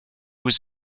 was